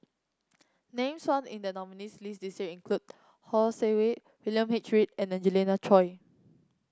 names found in the nominees' list this year include Heng Swee Keat William H Read and Angelina Choy